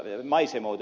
täytyy ed